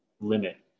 limit